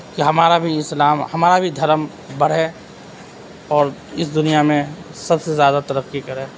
کہ ہمارا بھی اسلام ہمارا بھی دھرم بڑھے اور اس دنیا میں سب سے زیادہ ترقی کرے